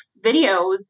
videos